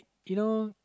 you know